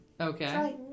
Okay